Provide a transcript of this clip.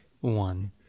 one